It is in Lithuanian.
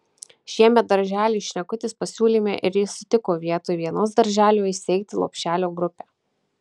šiemet darželiui šnekutis pasiūlėme ir jis sutiko vietoj vienos darželio įsteigti lopšelio grupę